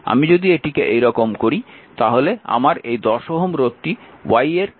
আমি যদি এটিকে এইরকম করি তাহলে আমার এই 10 Ω রোধটি Y এর ইকুইভ্যালেন্ট রোধ দ্বারা প্রতিস্থাপিত হবে